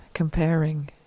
Comparing